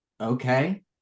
Okay